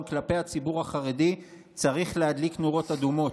כלפי הציבור החרדי צריך להדליק נורות אדומות.